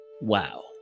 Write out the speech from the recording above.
Wow